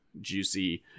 juicy